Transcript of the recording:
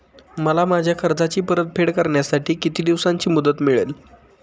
मला माझ्या कर्जाची परतफेड करण्यासाठी किती दिवसांची मुदत मिळेल?